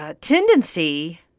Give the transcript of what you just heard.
tendency